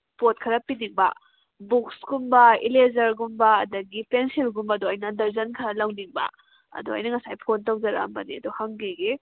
ꯄꯣꯠ ꯈꯔ ꯄꯤꯅꯤꯡꯕ ꯕꯣꯛꯁꯀꯨꯝꯕ ꯏꯔꯦꯖꯔꯒꯨꯝꯕ ꯑꯗꯨꯗꯒꯤ ꯄꯦꯟꯁꯤꯜꯒꯨꯝꯕꯗꯣ ꯑꯩꯅ ꯗꯔꯖꯟ ꯈꯔ ꯂꯧꯅꯤꯡꯕ ꯑꯗꯣ ꯑꯩꯅ ꯉꯁꯥꯏ ꯐꯣꯟ ꯇꯧꯖꯔꯛꯑꯝꯕꯅꯦ ꯑꯗꯣ ꯍꯪꯒꯤꯒꯦ